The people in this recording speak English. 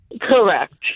Correct